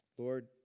Lord